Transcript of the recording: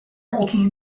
otuz